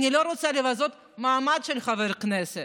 אני לא רוצה לבזות את מעמדו של חבר הכנסת.